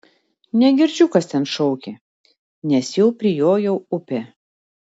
negirdžiu kas ten šaukia nes jau prijojau upę